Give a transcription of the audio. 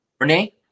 Renee